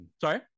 sorry